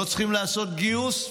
לא צריכים לעשות גיוס,